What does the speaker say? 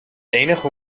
enige